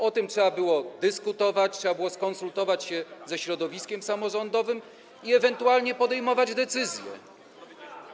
O tym trzeba było dyskutować, trzeba było skonsultować się ze środowiskiem samorządowym i ewentualnie podejmować decyzje.